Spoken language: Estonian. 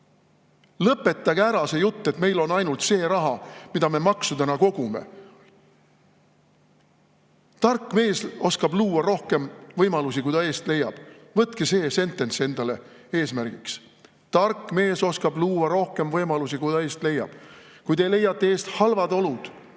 Lõpetage ära see jutt, et meil on ainult see raha, mida ma maksudena kogume! Tark mees oskab luua rohkem võimalusi, kui ta eest leiab – võtke see sentents endale eesmärgiks! Tark mees oskab luua rohkem võimalusi, kui ta eest leiab. Kui te leiate eest halvad olud,